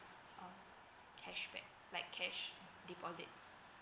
uh cash back like cash deposit